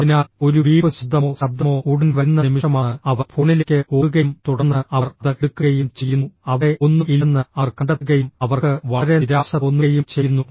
അതിനാൽ ഒരു ബീപ്പ് ശബ്ദമോ ശബ്ദമോ ഉടൻ വരുന്ന നിമിഷമാണ് അവർ ഫോണിലേക്ക് ഓടുകയും തുടർന്ന് അവർ അത് എടുക്കുകയും ചെയ്യുന്നു അവിടെ ഒന്നും ഇല്ലെന്ന് അവർ കണ്ടെത്തുകയും അവർക്ക് വളരെ നിരാശ തോന്നുകയും ചെയ്യുന്നു